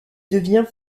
devient